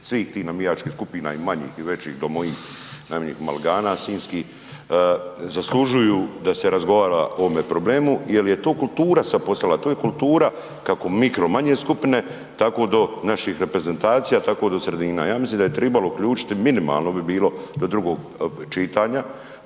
svih tih navijačkih skupina i manjih i većih, do mojih Maligana sinjskih, zaslužuju da se razgovara o ovome problemu jer je to kultura sad postala, to je kultura kako mikro, manje skupine tako do sredina. Ja mislim da je trebalo uključiti, minimalno bi bilo do drugog čitanja,